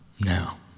now